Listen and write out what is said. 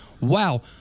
wow